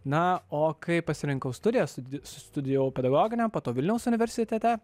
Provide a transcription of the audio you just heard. na o kai pasirinkau studijas studijavau pedagoginiam po to vilniaus universitete